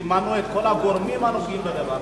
זימנו את כל הגורמים הנוגעים בדבר,